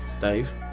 Dave